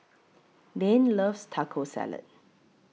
Dane loves Taco Salad